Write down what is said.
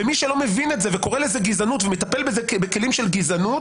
ומי שלא מבין את זה וקורא לזה גזענות ומטפל בזה בכלים של גזענות,